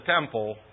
temple